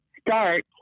start